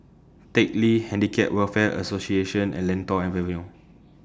Teck Lee Handicap Welfare Association and Lentor Avenue